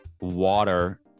water